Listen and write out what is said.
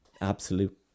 absolute